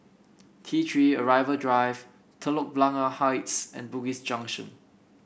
T Three Arrival Drive Telok Blangah Heights and Bugis Junction